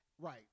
Right